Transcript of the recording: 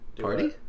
Party